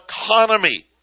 economy